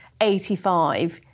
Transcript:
85